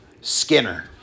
Skinner